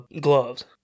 gloves